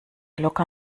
locker